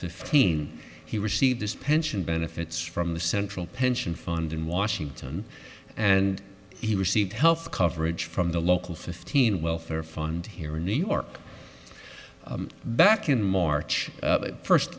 fifteen he received his pension benefits from the central pension fund in washington and he received health coverage from the local fifteen welfare fund here in new york back in march first